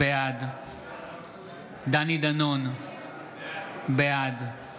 בעד דני דנון, בעד